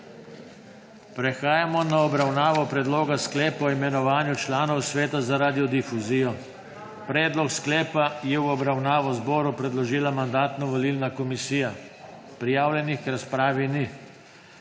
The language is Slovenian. Prehajamo na obravnavo Predloga sklepa o imenovanju članov Sveta za radiodifuzijo. Predlog sklepa je v obravnavo zboru predložila Mandatno-volilna komisija. Prijavljenih k razpravi ni.